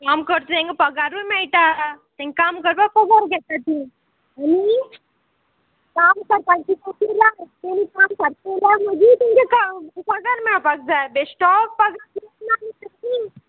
काम करता तेंगा पगारूय मेळटा तेंकां काम करपा पगार घेता तीं आनी काम करपाचें लायक काम करताय मागीर तुमचो पगार मेळपाक जाय बेश्टो पगार